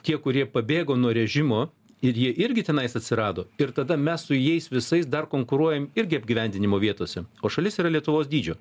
tie kurie pabėgo nuo režimo ir jie irgi tenais atsirado ir tada mes su jais visais dar konkuruojam irgi apgyvendinimo vietose o šalis yra lietuvos dydžio